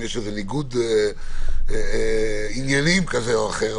אם יש איזה ניגוד עניינים כזה או אחר,